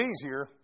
easier